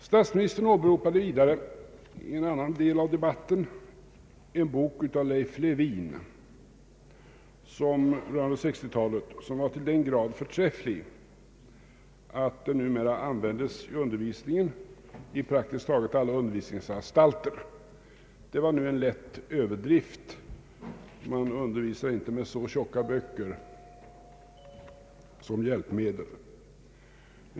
Statsministern åberopade vidare i en annan del av debatten en bok av Leif Lewin rörande 1960-talet som var till den grad förträfflig att den numera användes i undervisningen ”vid praktiskt taget alla undervisningsanstalter”. Det var nu en lätt överdrift, man undervisar inte med så tjocka böcker som hjälpmedel.